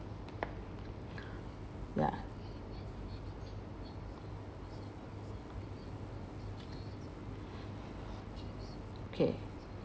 ya okay